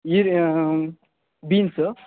ಈರ್ ಬೀನ್ಸು